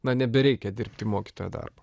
na nebereikia dirbti mokytojo darbą